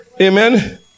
Amen